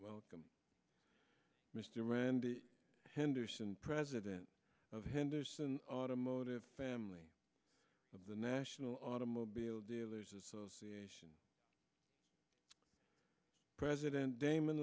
welcome mr rendell henderson president of henderson automotive family of the national automobile dealers association president damon